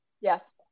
Yes